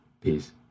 Peace